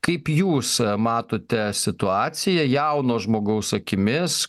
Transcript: kaip jūs matote situaciją jauno žmogaus akimis